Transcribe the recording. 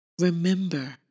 Remember